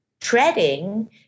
treading